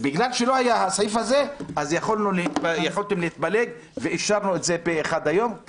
בגלל שלא היה הסעיף הזה אז יכולתם להתפלג ואישרנו את זה פה אחד היום.